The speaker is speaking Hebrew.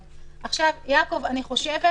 יעקב, אני חושבת